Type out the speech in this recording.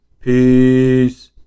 Peace